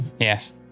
Yes